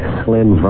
slim